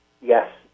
yes